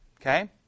Okay